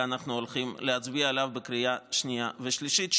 אנחנו הולכים להצביע עליו בקריאה שנייה ושלישית,